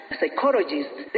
psychologists